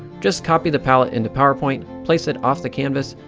just copy the palette into powerpoint, place it off the canvas,